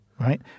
Right